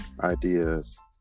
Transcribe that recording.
ideas